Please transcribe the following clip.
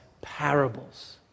parables